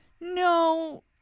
No